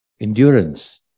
endurance